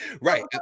Right